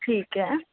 ਠੀਕ ਹੈ